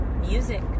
music